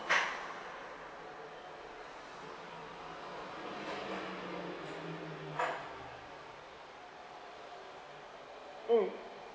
mm